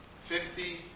Fifty